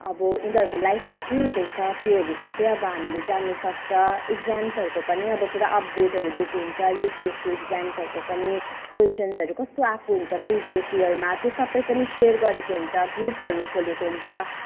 उनीहरूको लाइफमा के हुँदैछ त्योहरू सबै अब हामीले जान्नसक्छौँ इग्जाम्सहरूको पनि अब पुरा अपडेटहरू दिएको हुन्छ युपिएससी इग्जाम्सहरूको पनि क्वेसन्सहरू कस्तो आएको हुन्छ प्रिभियस इयरमा त्यो सबै पनि सेयर गरेको हुन्छ ग्रुपहरू खोलेको हुन्छ